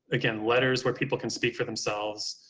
again, letters where people can speak for themselves,